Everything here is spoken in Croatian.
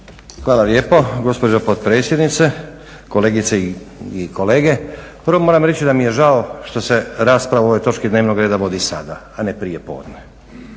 Hvala lijepo gospođo potpredsjednice. Kolegice i kolege. Prvo moram reći da mi je žao što se rasprava o ovoj točki dnevnog reda vodi sada, a ne prijepodne